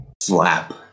slap